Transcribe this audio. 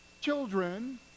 children